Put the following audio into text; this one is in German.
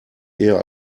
eher